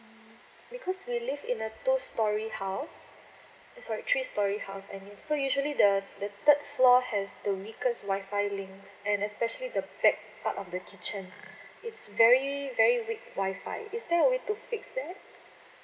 because we live in a two storey house eh sorry three storey house I mean so usually the the third floor has the weakest wifi links and especially the back part of the kitchen it's very very weak wifi is there a way to fix that